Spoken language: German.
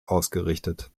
ausgerichtet